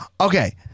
okay